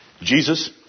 Jesus